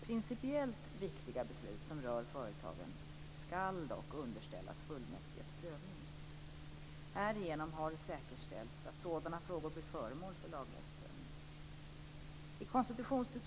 Principiellt viktiga beslut som rör företagen skall dock underställas fullmäktiges prövning. Härigenom har det säkerställts att sådana frågor blir föremål för laglighetsprövning.